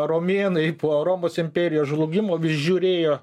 romėnai po romos imperijos žlugimo vis žiūrėjo